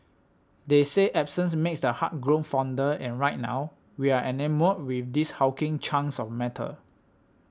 they say absence makes the heart grow fonder and right now we are enamoured with these hulking chunks of metal